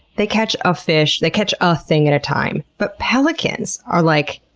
they catch a fish, they catch a thing at a time. but pelicans are like,